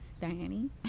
Diane